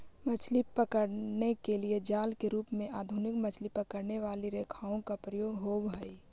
मछली पकड़ने के लिए जाल के रूप में आधुनिक मछली पकड़ने वाली रेखाओं का प्रयोग होवअ हई